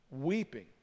weeping